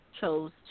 chose